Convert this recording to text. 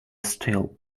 still